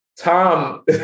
Tom